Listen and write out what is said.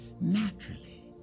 naturally